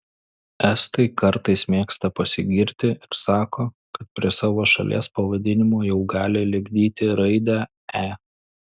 estai kartais mėgsta pasigirti ir sako kad prie savo šalies pavadinimo jau gali lipdyti raidę e